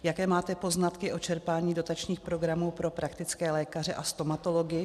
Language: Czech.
Jaké máte poznatky o čerpání dotačních programů pro praktické lékaře a stomatology?